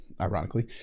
ironically